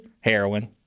Heroin